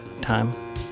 time